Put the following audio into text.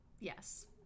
Yes